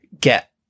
get